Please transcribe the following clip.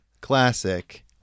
Classic